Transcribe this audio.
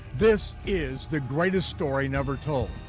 this is the greatest story never told,